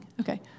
Okay